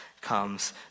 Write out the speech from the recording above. comes